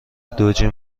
دوجین